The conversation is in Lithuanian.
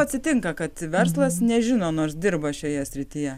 atsitinka kad verslas nežino nors dirba šioje srityje